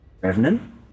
revenant